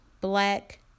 black